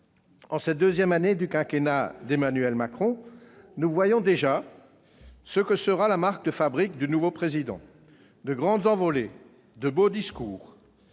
En cette deuxième année du quinquennat d'Emmanuel Macron, nous voyons déjà ce que sera la marque de fabrique du nouveau Président de la République : de grandes envolées, de beaux discours,